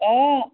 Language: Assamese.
অঁ